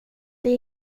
det